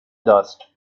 dust